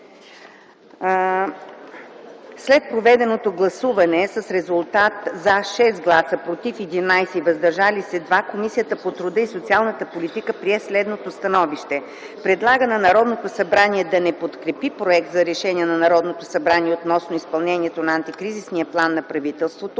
След проведеното гласуване с резултат „за” – 6, „против” – 11, „въздържали се” – 2, Комисията по труда и социалната политика прие следното становище: Предлага на Народното събрание да не подкрепи Проекта за решение на Народното събрание относно изпълнението на Антикризисния план на правителството